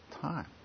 time